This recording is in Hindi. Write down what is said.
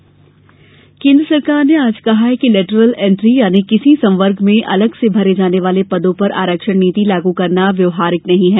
लेटरल एंट्री केन्द्र सरकार ने आज कहा है कि लेटरल एंट्री यानी किसी संवर्ग में अलग से भरे जाने वाले पदों पर आरक्षण नीति लागू करना व्यवहारिक नही है